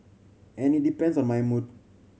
and it depends on my mood